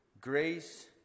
grace